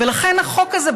ולכן החוק הזה,